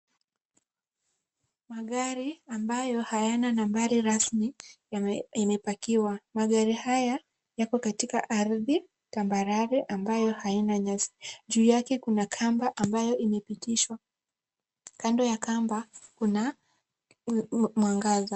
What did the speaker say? Magari ambayo hayana nambari rasmi imepakiwa. Magari haya yako katika ardhi tambarare ambayo haina nyasi. Juu yake kuna kamba ambayo imepitishwa. Kando ya kamba kuna mwangaza.